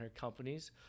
companies